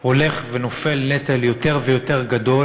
הולך ונופל נטל יותר ויותר גדול